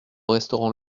restaurant